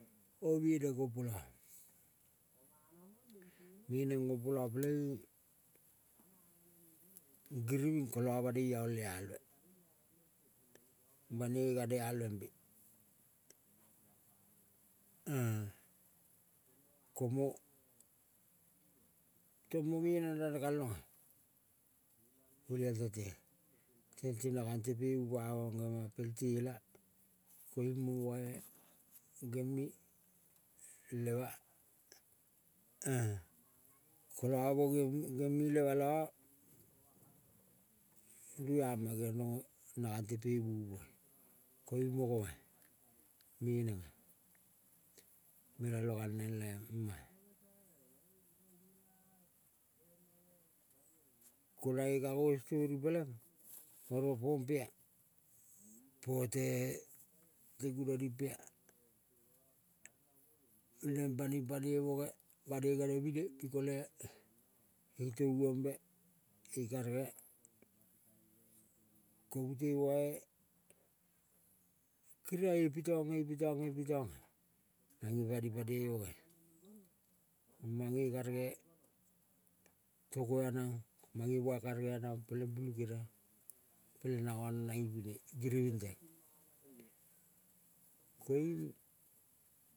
Komo meneng gompola meneng gompola peleing giriving, kola banoi aol le. Alve bano gane alvembe komo, tomo meneng rane kalonga. Olial tentea, tente na gong te pemu pa ma mange ma pel. Tela-a koiung mo bai gemi tema kola mo gemi lema la rua ma rong na gang te pemu ipoa, peleing mo gama-a menenga. Melalo galneng le ema-a. Ko nae kango stori peleng oro pompea, pote gunoni mpea. Neng bami pane boge banoi genemine pi kole itovumbe, ikarege ko mute bai keria epitong, epitong, epitonga nange pani pane bogea. Mange karege, togo anang mange bai karege anang peleng pulukeria peleng nanga nanang ipine giriving teng peleing.